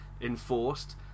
enforced